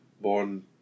born